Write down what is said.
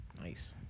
Nice